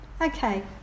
Okay